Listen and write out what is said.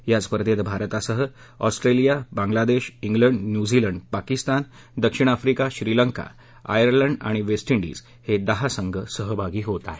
या स्पर्धेत भारतासह Australia Bangladesh England New Zealand Pakistan दक्षिण आफ्रिका श्रीलंका आयर्लंड आणि वेस्ट इंडिज हे दहा संघ सहभागी होत आहेत